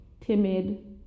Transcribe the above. Timid